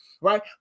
right